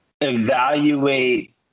evaluate